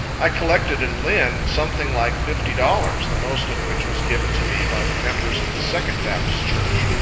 i collected in lynn something like fifty dollars, the most of which was given to me by the members of the second baptist church.